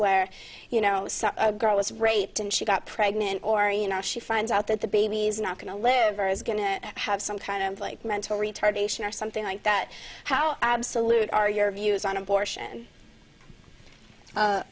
where you know some girl was raped and she got pregnant or you know she finds out that the baby is not going to live or is going to have some kind of like mental retardation or something like that how absolute are your views on abortion